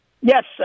Yes